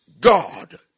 God